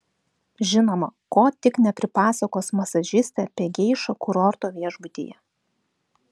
žinoma ko tik nepripasakos masažistė apie geišą kurorto viešbutyje